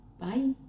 bye